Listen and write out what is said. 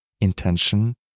intention